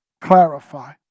clarify